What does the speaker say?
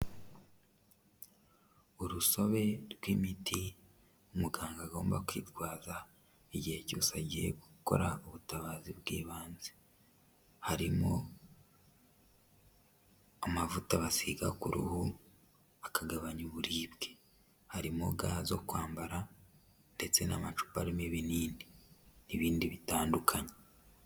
Urusobe rw'imiti umuganga agomba kwitwaza igihe cyose agiye gukora ubutabazi bw'ibanze, harimo amavuta basiga ku ruhu akagabanya uburibwe, harimo ga zo kwambara ndetse n'amacupa arimo ibinini n'ibindi bitandukanye.